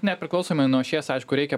nepriklausomai nuo ašies aišku reikia